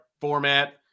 format